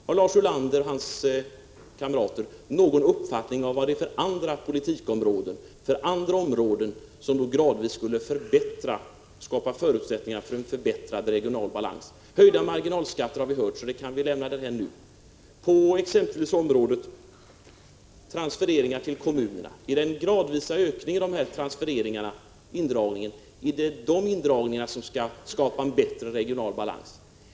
Har Lars Ulander och hans partikamrater någon uppfattning om vilka politiska eller andra områden som gradvis kan skapa förutsättningar 33 för en förbättrad regional balans? Förslaget om höjda marginalskatter har vi redan hört, så det kan vi na därhän. Är det den gradvis ökade indragningen av transfereringarna till kommunerna som skall skapa en bättre regional balans?